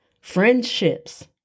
friendships